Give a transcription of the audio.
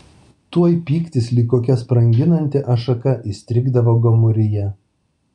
tuoj pyktis lyg kokia spranginanti ašaka įstrigdavo gomuryje